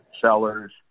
sellers